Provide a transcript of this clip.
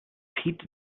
pete